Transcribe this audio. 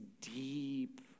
deep